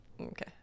Okay